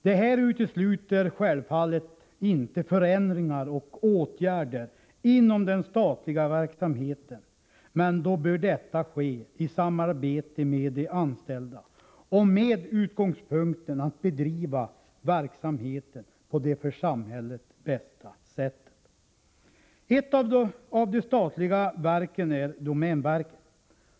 Detta utesluter självfallet inte förändringar och åtgärder inom den statliga verksamheten, men då bör detta ske i samarbete med de anställda och med utgångspunkten att bedriva verksamheten på det för samhället bästa sättet. Ett av de statliga verken är domänverket.